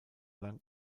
lang